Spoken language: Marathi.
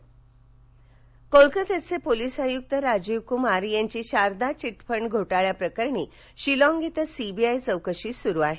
शारदा चौकशी कोलकात्याचे पोलीस आयुक्त राजीवक्मार यांची शारदा चिटफंड घोटाळ्या प्रकरणी शिलॉग इथं सीबीआय चौकशी सुरू आहे